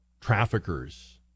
traffickers